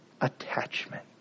attachment